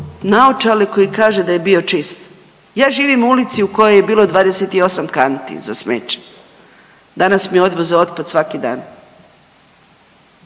naočale koji kaže da je bio čist. Ja živim u ulici u kojoj je bilo 28 kanti za smeće, danas mi odvoze otpad svaki dan.